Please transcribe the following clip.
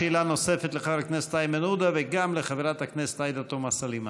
שאלה נוספת לחבר הכנסת איימן עודה וגם לחברת הכנסת עאידה תומא סלימאן.